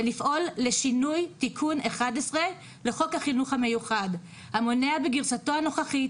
ולפעול לשינוי תיקון 11 לחוק החינוך המיוחד המונע בגרסתו הנוכחית